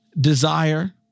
Desire